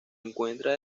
encuentra